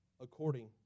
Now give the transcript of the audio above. according